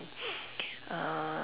uh